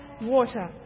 water